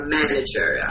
manager